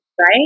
Right